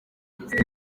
mugabo